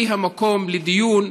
היא המקום לדיון,